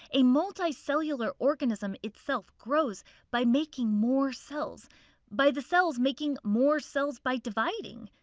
a multicellular organism itself grows by making more cells by the cells making more cells by dividing.